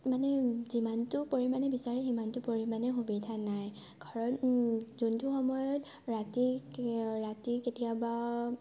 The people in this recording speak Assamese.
মানে যিমানটো পৰিমাণে বিচাৰে সিমানটো পৰিমাণে সুবিধা নাই ঘৰত যোনটো সময়ত ৰাতি কিএ ৰাতি কেতিয়াবা